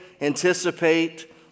anticipate